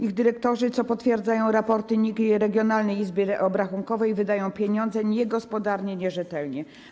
Ich dyrektorzy, co potwierdzają raporty NIK i regionalnej izby obrachunkowej, wydają pieniądze niegospodarnie, nierzetelnie.